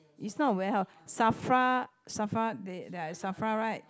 it's not warehouse SAFRA SAFRA they are at SAFRA right